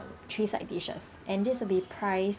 three side dishes and this will be priced